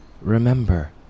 Remember